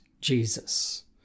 Jesus